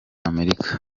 amerika